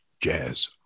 Jazz